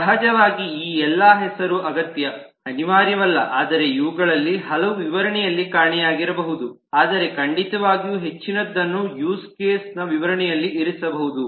ಸಹಜವಾಗಿ ಈ ಎಲ್ಲ ಹೆಸರು ಅಗತ್ಯ ಅನಿವಾರ್ಯವಲ್ಲ ಆದರೆ ಇವುಗಳಲ್ಲಿ ಹಲವು ವಿವರಣೆಯಲ್ಲಿ ಕಾಣೆಯಾಗಿರಬಹುದು ಆದರೆ ಖಂಡಿತವಾಗಿಯೂ ಹೆಚ್ಚಿನದನ್ನು ಯೂಸ್ ಕೇಸ್ ನ ವಿವರಣೆಯಲ್ಲಿ ಇರಿಸಬಹುದು